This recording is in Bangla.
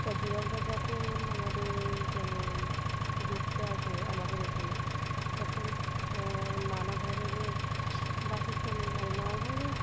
পর্যটকরা যখন আমাদের মানে ঘুরতে আসে আমাদের এখানে তখন নানা ধরনের বাসস্থান মানে নানা ধরনের